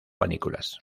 panículas